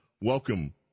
Welcome